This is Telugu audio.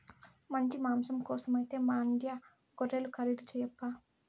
మంచి మాంసం కోసమైతే మాండ్యా గొర్రెలు ఖరీదు చేయప్పా